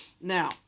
Now